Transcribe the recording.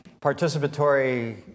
participatory